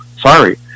sorry